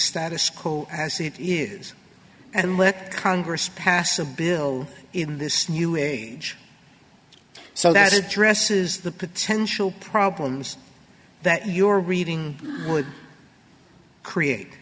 status quo as it is and let congress pass a bill in this new age so that addresses the potential problems that your reading would create